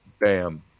bam